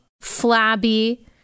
flabby